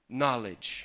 knowledge